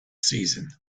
season